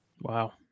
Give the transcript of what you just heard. wow